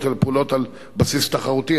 אלה מדובר בפעולות על בסיס תחרותי,